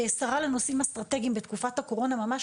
כשרה לנושאים אסטרטגיים בתקופת הקורונה ממש